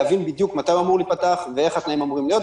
להבין בדיוק מתי הוא אמור להיפתח ואיך התנאים אמורים להיות.